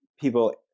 people